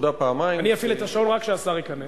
אני אפעיל את השעון רק כשהשר ייכנס.